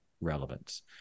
relevance